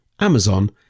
Amazon